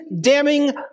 damning